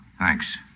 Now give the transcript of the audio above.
Thanks